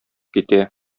китә